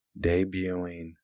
debuting